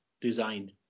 design